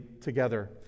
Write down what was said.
together